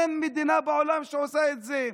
אין מדינה בעולם שעושה את זה.